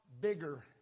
bigger